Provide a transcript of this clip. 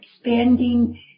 expanding